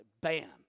bam